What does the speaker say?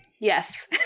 yes